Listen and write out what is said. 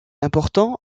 important